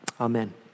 Amen